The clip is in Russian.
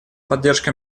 поддержка